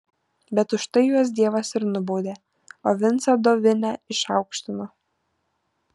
bet už tai juos dievas ir nubaudė o vincą dovinę išaukštino